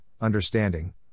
understanding